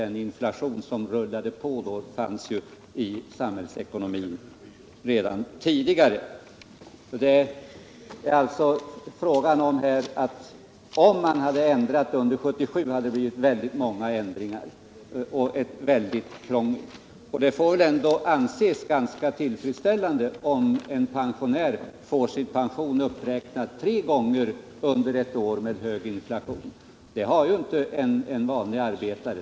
Den inflation som rullade på då fanns ju i samhällsekonomin redan tidigare. Vad det är fråga om här är alltså att om man hade ändrat under 1977 så hade det blivit många uppräkningar och ett väldigt krångel. Det får väl ändå anses ganska tillfredsställande att en pensionär får sin pension uppräknad flera gånger under år med hög inflation. Den möjligheten har ju inte en vanlig arbetare.